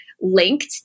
linked